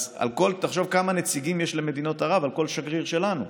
אז תחשוב כמה נציגים יש למדינות ערב על כל שגריר שלנו.